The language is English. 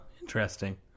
Interesting